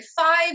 five